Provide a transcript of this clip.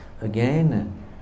Again